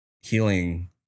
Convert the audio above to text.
healing